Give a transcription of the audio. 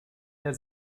der